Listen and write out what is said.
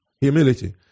Humility